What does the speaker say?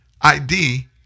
ID